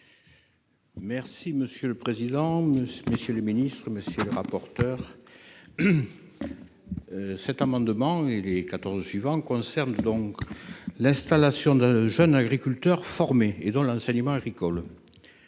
Merci monsieur le président, messieurs le ministre monsieur le rapporteur, cet amendement et les 14 suivant concerne donc l'installation de jeunes agriculteurs formé et dans l'enseignement agricole